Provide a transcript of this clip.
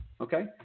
okay